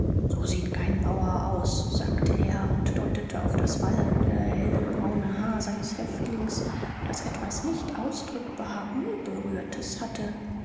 so sieht kein bauer aus sagte er und deutete auf das wallende hellbraune haar seines häftlings das etwas nicht ausdrückbar unberührtes hatte